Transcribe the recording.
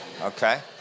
okay